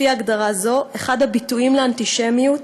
לפי הגדרה זו, אחד הביטויים לאנטישמיות